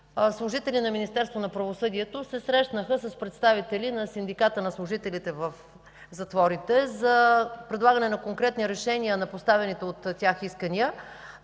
правосъдието се срещнаха с представители на Синдиката на служителите в затворите за предлагане на конкретни решения на поставените от тях искания.